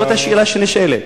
זאת השאלה שנשאלת.